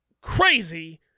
crazy